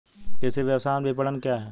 कृषि व्यवसाय विपणन क्या है?